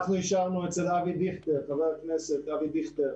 אנחנו אישרנו אצל חבר הכנסת אבי דיכטר,